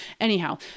Anyhow